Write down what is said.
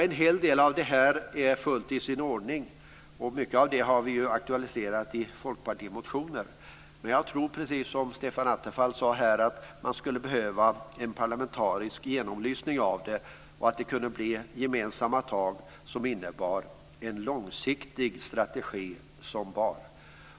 En hel del av det här är fullt i sin ordning. Mycket av det har vi ju aktualiserat i folkpartimotioner. Men jag tror, precis som Stefan Attefall sade, att man skulle behöva en parlamentarisk genomlysning av det här och att det borde bli gemensamma tag som innebär en långsiktig strategi som bär.